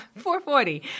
4.40